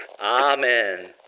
Amen